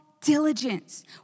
diligence